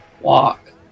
walk